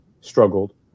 struggled